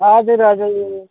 हजुर हजुर